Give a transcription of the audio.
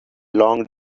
long